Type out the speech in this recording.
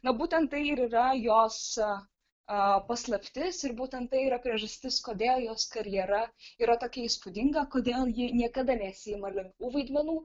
na būtent tai ir yra jos aa aa paslaptis ir būtent tai yra priežastis kodėl jos karjera yra tokia įspūdinga kodėl ji niekada nesiima lengvų vaidmenų